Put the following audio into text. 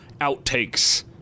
outtakes